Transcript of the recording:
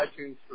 iTunes